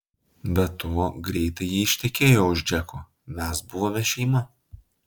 be to greitai ji ištekėjo už džeko mes buvome šeima